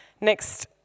Next